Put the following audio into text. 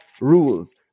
rules